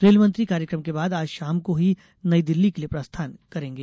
rail मंत्री कार्यक्रम के बाद आज शाम को ही नई दिल्ली के लिए प्रस्थान करेंगे